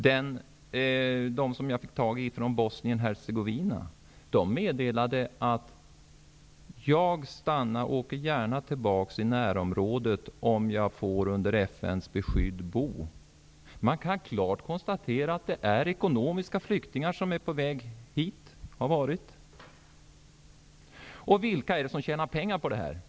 De som kom från Bosnien-Hercegovina meddelade att de stannar men åker gärna tillbaka till närområdet om de kan få FN:s beskydd. Man kan klart konstatera att det är ekonomiska flyktingar som har varit och är på väg hit. Vilka är de som tjänar pengar på detta?